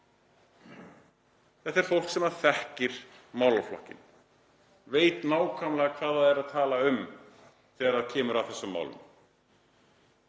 Þetta er fólk sem þekkir málaflokkinn, veit nákvæmlega hvað það er að tala um þegar kemur að þessum málum.